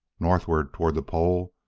northward, toward the pole,